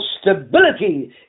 stability